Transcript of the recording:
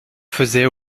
faisait